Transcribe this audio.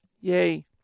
Yay